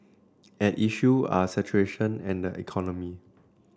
at issue are saturation and economy